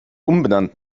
umbenannt